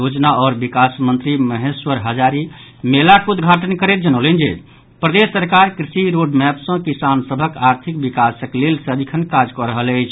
योजना आओर विकास मंत्री महेश्वर हजारी मेलाक उद्घाटन करैत जनौलनि जे प्रदेश सरकार कृषि रोडमैप सँ किसान सभक आर्थिक विकासक लेल सदिखन काज कऽ रहल अछि